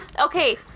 Okay